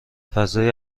فضای